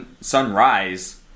sunrise